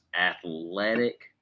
athletic